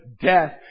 death